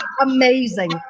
amazing